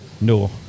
No